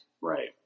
Right